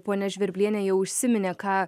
ponia žvirblienė jau užsiminė ką